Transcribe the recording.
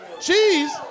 cheese